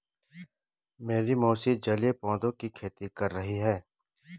मेरी मौसी जलीय पौधों की खेती कर रही हैं